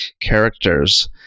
characters